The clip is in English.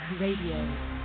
Radio